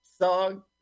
song